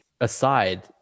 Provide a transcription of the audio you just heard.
aside